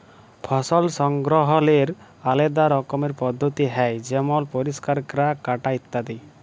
ফসল সংগ্রহলের আলেদা রকমের পদ্ধতি হ্যয় যেমল পরিষ্কার ক্যরা, কাটা ইত্যাদি